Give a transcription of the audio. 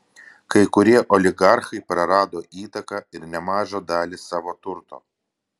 kai kurie oligarchai prarado įtaką ir nemažą dalį savo turto